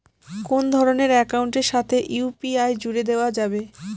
কোন ধরণের অ্যাকাউন্টের সাথে ইউ.পি.আই জুড়ে দেওয়া যাবে?